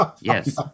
Yes